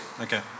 Okay